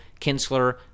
Kinsler